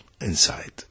inside